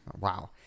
Wow